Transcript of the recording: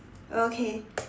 okay